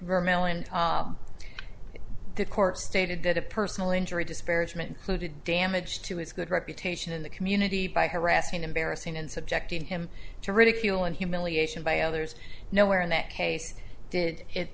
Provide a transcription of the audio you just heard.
vermaelen the court stated that a personal injury disparagement included damage to his good reputation in the community by harassing embarrassing and subjecting him to ridicule and humiliation by others no where in that case did it